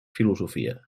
filosofia